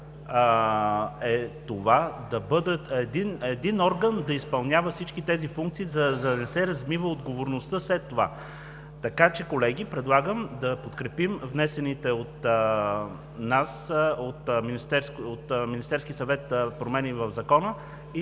е според нас един орган да изпълнява всички тези функции, за да не се размива отговорността след това. Така че, колеги, предлагам да подкрепим внесените от Министерския съвет промени в Закона и